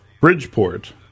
Bridgeport